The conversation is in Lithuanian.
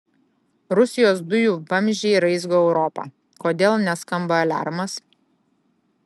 rusijos dujų vamzdžiai raizgo europą kodėl neskamba aliarmas